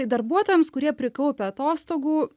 darbuotojams kurie prikaupę atostogų